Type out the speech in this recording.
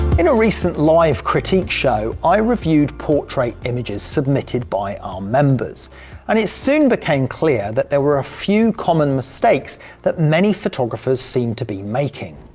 in a recent live critique show i reviewed portrait images submitted by our members and it soon became clear that there were a few common mistakes that many photographers seem to be making.